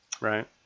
Right